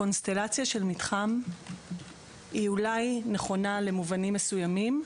הקונסטלציה של מתחם היא אולי נכונה למובנים מסוימים,